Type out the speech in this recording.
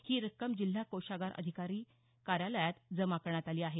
ही रक्कम जिल्हा कोषागार अधिकारी कार्यालयात जमा करण्यात आली आहे